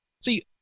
See